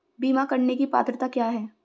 बीमा करने की पात्रता क्या है?